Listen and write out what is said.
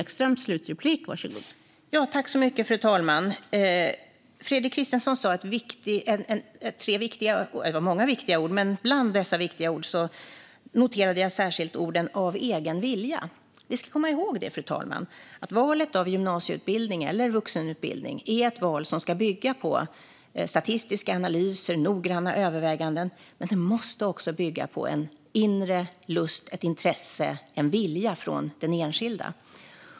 Fru talman! Fredrik Christensson sa många viktiga ord, men bland dem noterade jag särskilt "av egen vilja". Vi ska komma ihåg att valet av gymnasieutbildning eller vuxenutbildning är ett val som ska bygga på statistiska analyser och noggranna överväganden, men det måste också bygga på en inre lust, ett intresse och en vilja från den enskilde.